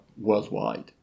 worldwide